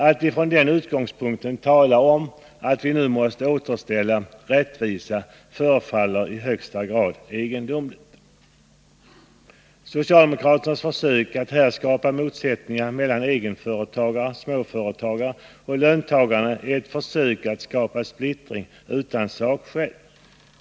Att från den utgångspunkten tala om att vi nu måste återställa rättvisa förefaller i högsta grad egendomligt. Socialdemokraternas försök att här skapa motsättningar mellan egenföretagare — småföretagare — och löntagare innebär ett försök att skapa splittring utan sakskäl.